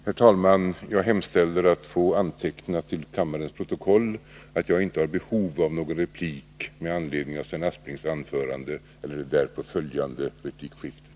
Herr talman! Jag hemställer att få antecknat till kammarens protokoll att jag inte har behov av någon replik med anledning av vare sig Sven Asplings anförande eller det därpå följande replikskiftet.